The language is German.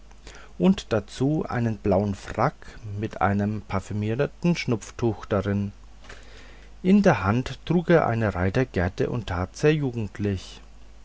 und dazu einen blauen frack mit einem parfümierten schnupftuch darin in der hand trug er eine reitgerte und tat sehr jugendlich